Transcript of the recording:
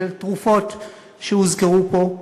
של תרופות שהוזכרו פה,